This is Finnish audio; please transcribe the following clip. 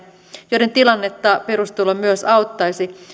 joiden tilannetta perustulo myös auttaisi